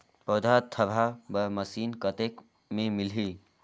पौधा थरहा बर मशीन कतेक मे मिलही?